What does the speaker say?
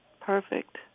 perfect